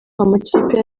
amakipe